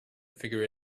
figure